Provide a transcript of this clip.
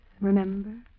Remember